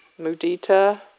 mudita